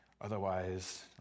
otherwise